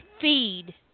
feed